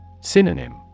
Synonym